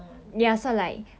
orh okay